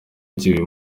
igihe